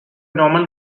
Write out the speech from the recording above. normal